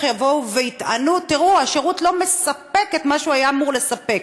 יבואו ויטענו: השירות לא מספק את מה שהיה אמור לספק.